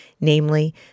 namely